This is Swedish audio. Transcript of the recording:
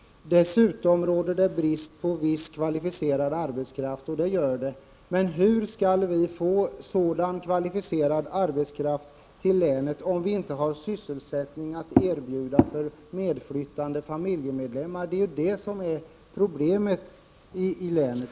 Dessutom säger arbetsmarknadsministern att det råder brist på viss kvalificerad arbetskraft, och det gör det. Men hur skall vi få sådan kvalificerad arbetskraft till länet om vi inte har sysselsättning att erbjuda för medflyttande familjemedlemmar? Det är ju det sons är problemet i länet.